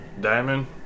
diamond